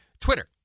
Twitter